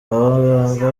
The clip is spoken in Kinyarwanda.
abaganga